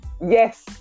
Yes